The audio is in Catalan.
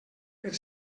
per